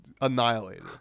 annihilated